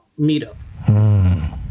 meetup